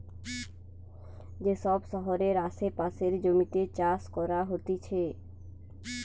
যে সব শহরের আসে পাশের জমিতে চাষ করা হতিছে